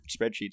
spreadsheets